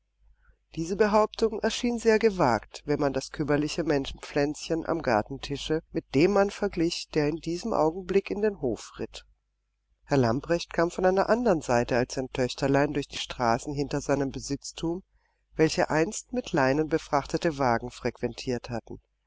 diese behauptung erschien sehr gewagt wenn man das kümmerliche menschenpflänzchen am gartentische mit dem mann verglich der in diesem augenblick in den hof ritt herr lamprecht kam von einer andern seite als sein töchterlein durch die straße hinter seinem besitztum welche einst die mit leinen befrachteten wagen frequentiert hatten